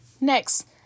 Next